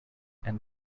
and